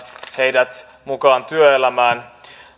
heidät mukaan työelämään